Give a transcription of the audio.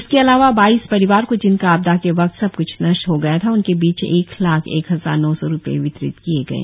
इसके अलावा बाइस परिवार को जिनका आपदा के वक्त सब क्छ नष्ट हो गया था उनके बीच एक लाख एक हजार नौ सौ रुपए वितरित किये गए